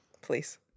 Please